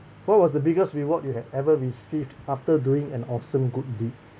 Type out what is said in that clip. what was the biggest reward you had ever received after doing an awesome good deed